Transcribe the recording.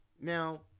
now